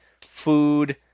food